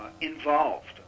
involved